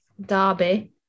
Derby